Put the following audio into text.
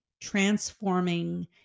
transforming